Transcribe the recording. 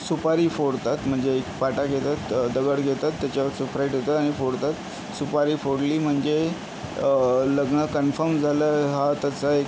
सुपारी फोडतात म्हणजे एक पाटा घेतात दगड घेतात त्याच्यावर सुपारी ठेवतात आणि फोडतात सुपारी फोडली म्हणजे लग्न कन्फर्म झालं हा त्याचा एक